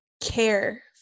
care